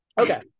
Okay